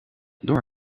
door